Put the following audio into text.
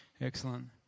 excellent